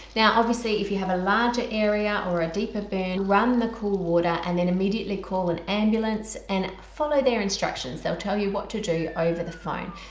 now obviously if you have a larger area or a deeper burn run the cooler water and then immediately call an ambulance and follow their instructions they'll tell you what to do over the phone.